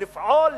לפעול,